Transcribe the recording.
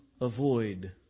Avoid